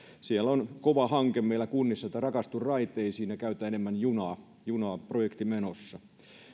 siellä on meillä kunnissa menossa kova hanke rakastu raiteisiin projekti käytä enemmän junaa junaa